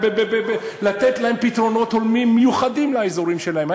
לתת להם פתרונות הולמים מיוחדים לאזורים שלהם.